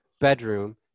bedroom